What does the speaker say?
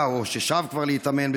או ששב כבר להתאמן,